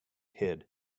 hid